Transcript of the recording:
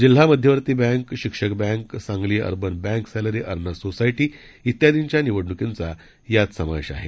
जिल्हा मध्यवर्ती बँक शिक्षक bank Sangli urban bank salary earners society वियादींच्या निवडणुकींचा यात समावेश आहे